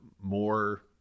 more